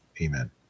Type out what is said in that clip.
Amen